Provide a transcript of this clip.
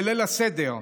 בליל הסדר,